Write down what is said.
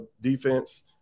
defense